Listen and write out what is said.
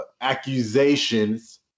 accusations